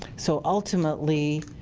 so ultimately,